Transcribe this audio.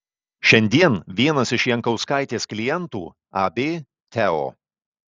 šiandien vienas iš jankauskaitės klientų ab teo